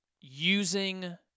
using